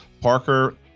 Parker